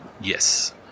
Yes